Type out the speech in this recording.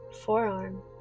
Forearm